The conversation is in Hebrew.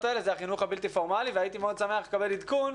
האלה זה החינוך הבלתי פורמלי והייתי מאוד שמח לקבל עדכון,